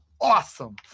awesome